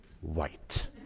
white